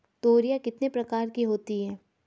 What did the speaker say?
तोरियां कितने प्रकार की होती हैं?